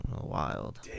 wild